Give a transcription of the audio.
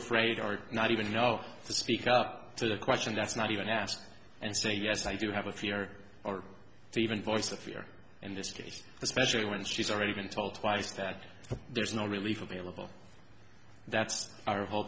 afraid or not even you know to speak up to the question that's not even asked and say yes i do have a fear or even voice of fear in this case especially when she's already been told twice that there's no relief available that's our whole